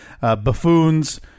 buffoons